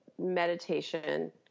meditation